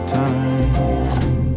time